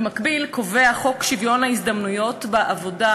במקביל קובע חוק שוויון ההזדמנויות בעבודה,